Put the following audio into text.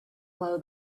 blow